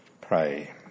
Pray